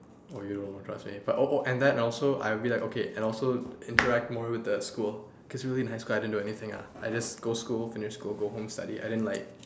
oh you don't know trust me but oh oh and then also I will be like okay and also interact more with the school cause really in school I didn't do anything ah I just go school finish school go home study I didn't like